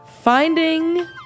Finding